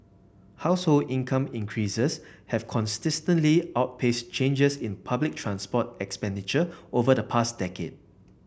household income increases have consistently outpaced changes in public transport expenditure over the past decade